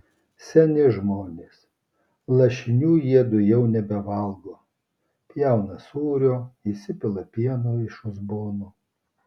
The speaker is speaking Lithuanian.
seni žmonės lašinių jiedu jau nebevalgo pjauna sūrio įsipila pieno iš uzbono